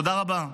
תודה רבה.